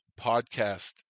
podcast